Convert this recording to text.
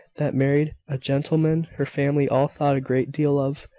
that married a gentleman her family all thought a great deal of,